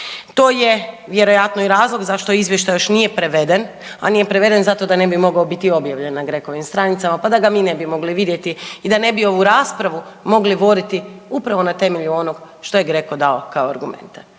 To je vjerojatno i razlog zašto Izvještaj još nije preveden, a nije preveden zato da ne bi mogao biti objavljen na GRECO-im stranicama, pa da ga mi ne bi mogli vidjeti i da ne bi ovu raspravu mogli voditi upravo na temelju onoga što je GRECO dao kao argumente.